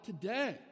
today